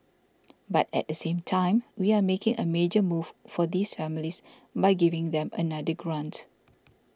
but at the same time we are making a major move for these families by giving them another grant